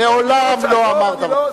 מעולם לא אמר דבר כזה.